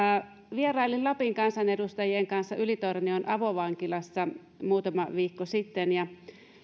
vierailin lapin kansanedustajien kanssa ylitornion avovankilassa muutama viikko sitten ja